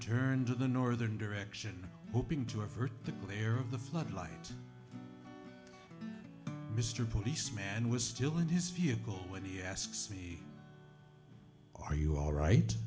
turned to the northern direction hoping to avert the glare of the flood light mr police man was still in his vehicle when he asks me are you all right